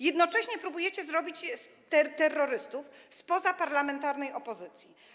Jednocześnie próbujecie zrobić terrorystów z pozaparlamentarnej opozycji.